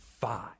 Five